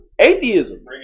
atheism